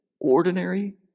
ordinary